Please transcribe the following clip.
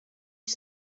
use